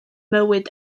mywyd